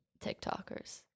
TikTokers